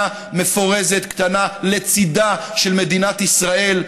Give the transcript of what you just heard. מפורזת קטנה לצידה של מדינת ישראל,